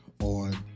On